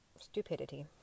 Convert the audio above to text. stupidity